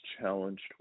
challenged